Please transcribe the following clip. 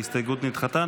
ההסתייגות נדחתה.